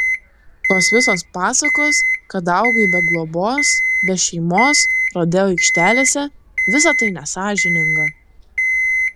tos visos pasakos kad augai be globos be šeimos rodeo aikštelėse visa tai nesąžininga